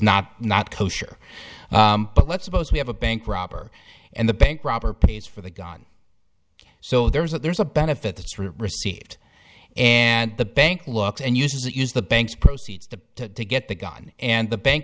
not not kosher but let's suppose we have a bank robber and the bank robber pays for the gun so there is that there's a benefit that's received and the bank looks and uses it use the bank's proceeds to to get the gun and the bank